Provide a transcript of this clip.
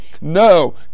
No